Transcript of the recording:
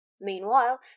Meanwhile